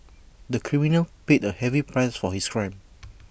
the criminal paid A heavy price for his crime